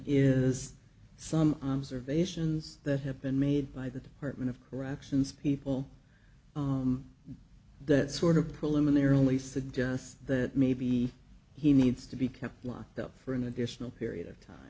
is some observations that have been made by the department of corrections people that sort of pull him in there only suggests that maybe he needs to be kept locked up for an additional